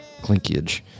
clinkage